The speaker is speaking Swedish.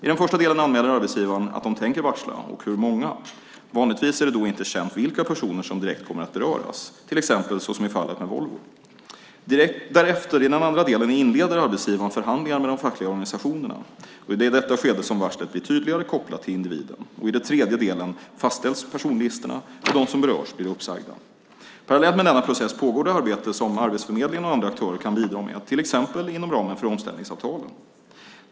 I den första delen anmäler arbetsgivarna att de tänker varsla och hur många. Vanligtvis är det då inte känt vilka personer som direkt kommer att beröras, till exempel som i fallet med Volvo. Därefter, i den andra delen, inleder arbetsgivaren förhandlingar med de fackliga organisationerna. Det är i detta skede som varslet blir tydligare kopplat till individen. I den tredje delen fastställs personlistorna och de som berörs blir uppsagda. Parallellt med denna process pågår det arbete som Arbetsförmedlingen och andra aktörer kan bidra med, till exempel inom ramen för omställningsavtalen.